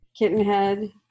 Kittenhead